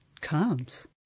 comes